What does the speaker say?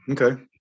Okay